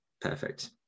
Perfect